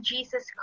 Jesus